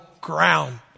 ground